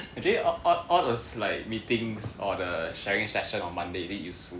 actually all all all those like meetings or the sharing session on Monday is it useful